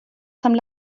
some